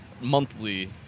monthly